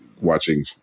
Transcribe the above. watching